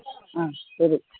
ആ ശരി